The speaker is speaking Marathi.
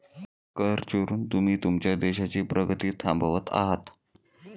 कर चोरून तुम्ही तुमच्या देशाची प्रगती थांबवत आहात